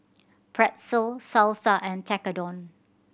Pretzel Salsa and Tekkadon